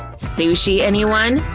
sushi anyone?